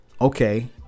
Okay